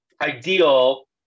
ideal